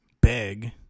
beg